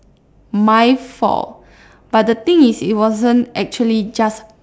my fault but the thing is it wasn't actually just